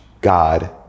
God